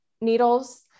needles